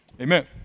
Amen